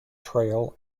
trail